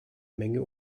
menge